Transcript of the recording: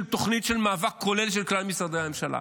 תוכנית למאבק כולל של כלל משרדי הממשלה.